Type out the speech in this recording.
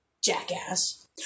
Jackass